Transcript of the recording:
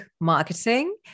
marketing